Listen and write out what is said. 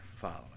following